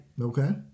Okay